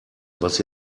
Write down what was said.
was